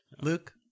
Luke